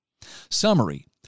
Summary